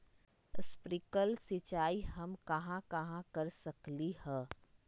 Sprinkle सिंचाई हम कहाँ कहाँ कर सकली ह?